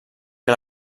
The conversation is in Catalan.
que